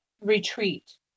retreat